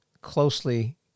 closely